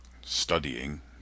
studying